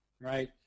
right